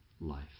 life